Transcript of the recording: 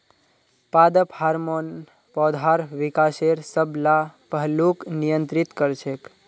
पादप हार्मोन पौधार विकासेर सब ला पहलूक नियंत्रित कर छेक